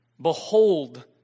behold